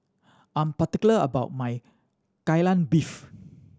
I'm particular about my Kai Lan Beef